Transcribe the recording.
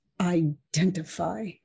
identify